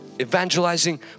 evangelizing